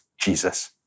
Jesus